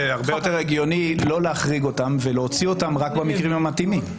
זה הרבה יותר הגיוני לא להחריג אותם ולהוציא אותם רק במקרים המתאימים.